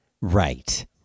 Right